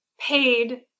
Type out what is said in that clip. paid